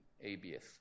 ABS